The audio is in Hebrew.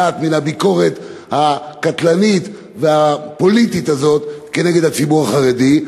מעט מהביקורת הקטלנית והפוליטית הזאת כנגד הציבור החרדי.